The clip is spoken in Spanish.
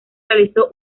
realizó